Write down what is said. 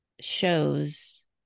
shows